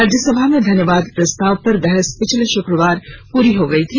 राज्य सभा में धन्यवाद प्रस्ताव पर बहस पिछले शुक्रवार पूरी हो गई थी